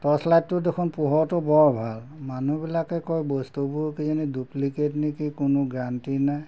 torch লাইটটো দেখোন পোহৰতো বৰ ভাল মানুহবিলাকে কয় বস্তুবোৰ কিজানি ডুপ্লিকেট নেকি কোনো গেৰাণ্টি নাই